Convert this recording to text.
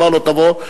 תאמר לו: תבוא,